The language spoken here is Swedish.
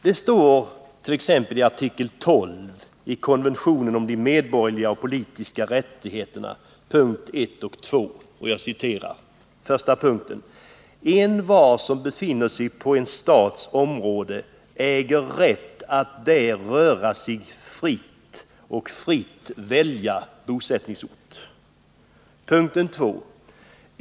Det står t.ex. i artikel 12 i konventionen om de medborgerliga och politiska rättigheterna — under punkterna 1 och 2: 2.